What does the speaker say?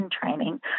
training